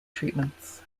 treatments